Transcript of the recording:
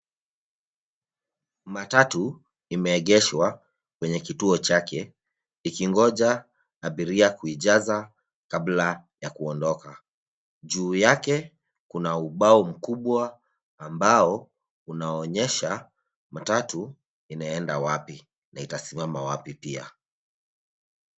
Matatu imeegeshwa kwenye kituo chake ikingoja abiria kuijaza kabla ya kuondoka. Juu yake kuna ubao mkubwa ambao unaonyesha matatu inaenda wapi na itasimama wapi pia.